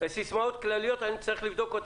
סיסמאות כלליות אני צריך לבדוק,